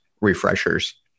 refreshers